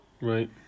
Right